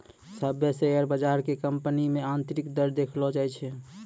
सभ्भे शेयर बजार के कंपनी मे आन्तरिक दर देखैलो जाय छै